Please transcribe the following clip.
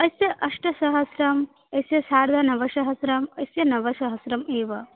अस्य अष्टसहस्रम् अस्य सार्धनवसहस्रम् अस्य नवसहस्रम् एव